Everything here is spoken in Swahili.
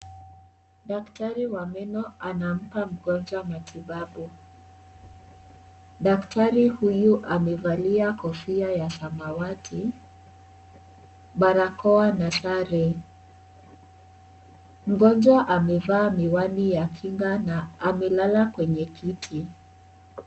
Daktari wa meno anampa mgonjwa matibabu. Daktari huyu amevalia kofia ya samawati, barakoa na sare. Mgonjwa amevaa miwani ya kinga na amelala kwenye kiti.